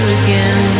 again